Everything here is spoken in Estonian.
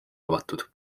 avatud